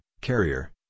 Carrier